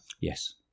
Yes